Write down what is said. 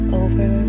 over